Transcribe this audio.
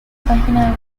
página